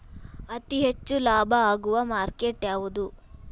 ಅತಿ ಹೆಚ್ಚು ಲಾಭ ಆಗುವ ಮಾರ್ಕೆಟ್ ಯಾವುದು?